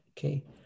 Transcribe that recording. Okay